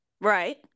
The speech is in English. Right